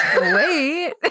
Wait